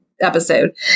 episode